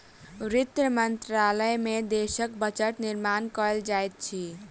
वित्त मंत्रालय में देशक बजट निर्माण कयल जाइत अछि